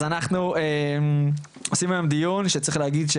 אז אנחנו עושים היום דיון שצריך להגיד,